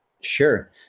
Sure